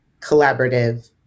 collaborative